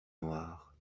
noirs